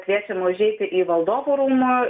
kviečiam užeiti į valdovų rūmų